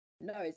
No